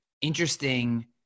interesting